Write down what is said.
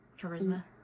charisma